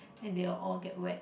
and they will all get wet